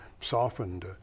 softened